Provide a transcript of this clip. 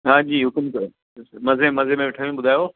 हांजी हुकुम कयो मज़े मजे में वेठा आहियूं ॿुधायो